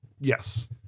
yes